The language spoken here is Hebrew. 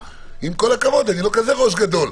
כי עם כל הכבוד, אני לא כזה ראש גדול.